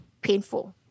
painful